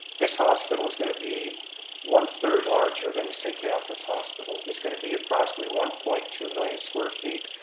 this hospital is going to be one third larger than st. catharines hospital. it's going to be approximately one point two million square feet.